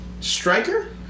striker